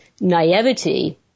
naivety